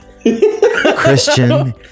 Christian